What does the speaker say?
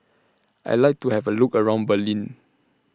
I like to Have A Look around Berlin